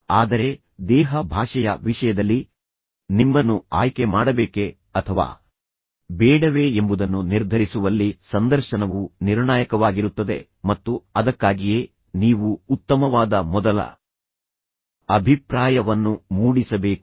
ಆದರೆ ದೇಹ ಭಾಷೆಯ ವಿಷಯದಲ್ಲಿ ನಿಮ್ಮನ್ನು ಆಯ್ಕೆ ಮಾಡಬೇಕೆ ಅಥವಾ ಬೇಡವೇ ಎಂಬುದನ್ನು ನಿರ್ಧರಿಸುವಲ್ಲಿ ಸಂದರ್ಶನವು ನಿರ್ಣಾಯಕವಾಗಿರುತ್ತದೆ ಮತ್ತು ಅದಕ್ಕಾಗಿಯೇ ನೀವು ಉತ್ತಮವಾದ ಮೊದಲ ಅಭಿಪ್ರಾಯವನ್ನು ಮೂಡಿಸಬೇಕು